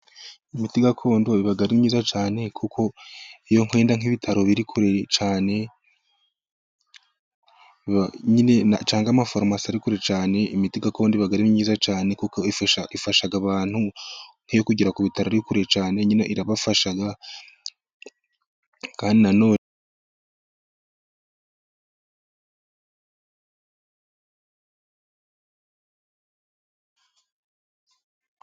Imiti gakondo iba ari myiza cyane, kuko nkiyo kugera nk'ibitaro biri kure cyane, cyangwa amafarumasi arikure cyane, imiti gakondo iba ari myiza cyane, kuko ifasha abantu, nkiyo kugera ku bitaro ari kure cyane, nyine irabafasha kandi nan none.